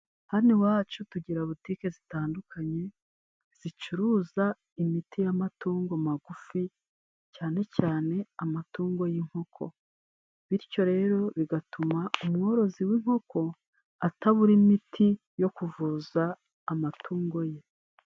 Hano iwacu tugira butike zitandukanye zicuruza imiti y'amatungo magufi cyane cyane amatungo y'inkoko bityo rero bigatuma umworozi w'inkoko atabura imiti yo kuvuza amatungo ye.